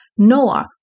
Noah